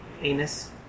Anus